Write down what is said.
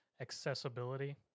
accessibility